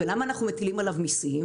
ולמה אנחנו מטילים עליו מיסים?